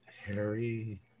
Harry